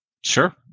Sure